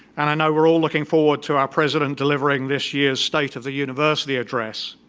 and i know we're all looking forward to our president delivering this year's state of the university address,